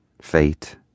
fate